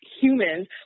humans